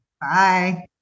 Bye